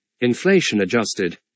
inflation-adjusted